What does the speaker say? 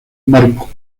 marco